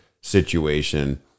situation